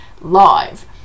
Live